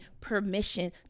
permission